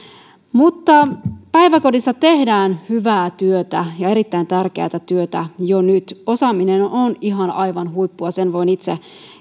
päiväkodissa tehdään hyvää työtä ja erittäin tärkeätä työtä jo nyt osaaminen on on aivan huippua sen voin itse